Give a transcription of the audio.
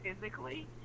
physically